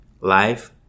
life